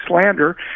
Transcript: slander